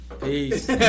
Peace